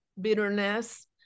bitterness